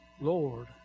Lord